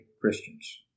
Christians